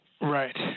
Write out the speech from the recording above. Right